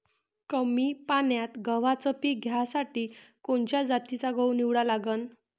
कमी पान्यात गव्हाचं पीक घ्यासाठी कोनच्या जातीचा गहू निवडा लागन?